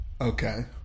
Okay